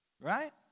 Right